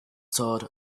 sort